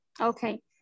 Okay